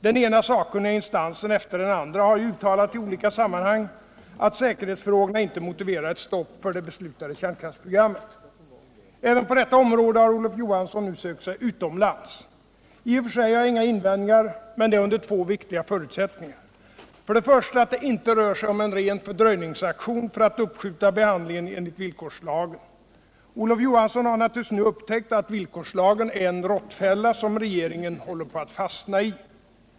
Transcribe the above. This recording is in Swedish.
Den ena sakkunniga instansen efter den andra har ju i olika sammanhang uttalat att säkerhetsfrågorna inte motiverar ett stop för det beslutade kärnkraftsprogrammet. Även på detta område har Olof Johansson nu sökt sig utomlands. I och för sig har jag inga invändingar, men detta under två viktiga förutsättningar: Den första är att det inte rör sig om en ren fördröjningsaktion för att uppskjuta behandlingen enligt villkorslagen. Olof Johansson har naturligtvis nu upptäckt att villkorslagen är en råttfälla som regeringen håller på att fastna i.